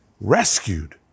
rescued